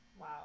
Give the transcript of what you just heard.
wow